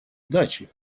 дачи